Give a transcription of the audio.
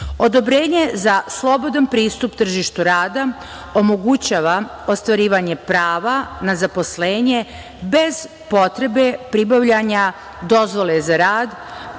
Odobrenje za slobodan pristup tržištu rada omogućava ostvarivanje prava na zaposlenje bez potrebe pribavljanja dozvole za rad